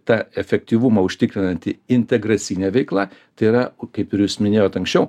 tą efektyvumą užtikrinanti integracinė veikla tai yra kaip ir jūs minėjot anksčiau